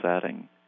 setting